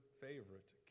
favorite